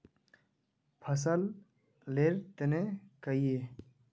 फसल लेर तने कहिए?